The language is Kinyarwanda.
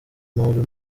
amahoro